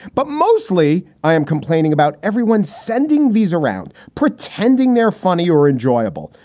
but mostly i am complaining about everyone sending these around, pretending they're funny or enjoyable.